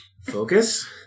focus